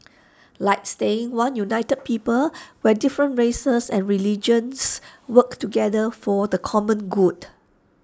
like staying one united people where different races and religions work together for the common good